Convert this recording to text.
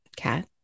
cat